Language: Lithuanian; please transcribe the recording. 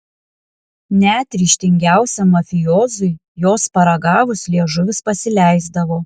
net ryžtingiausiam mafiozui jos paragavus liežuvis pasileisdavo